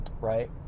right